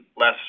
less